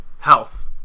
health